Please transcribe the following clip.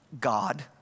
God